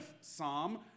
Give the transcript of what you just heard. Psalm